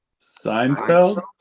Seinfeld